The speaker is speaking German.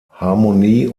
harmonie